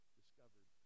discovered